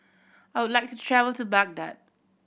I would like to travel to Baghdad